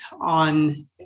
on